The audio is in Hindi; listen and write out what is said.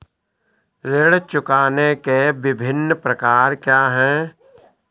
ऋण चुकाने के विभिन्न प्रकार क्या हैं?